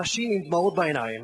אנשים עם דמעות בעיניים,